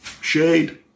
Shade